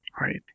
right